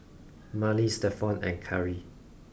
Mallie Stephon and Khari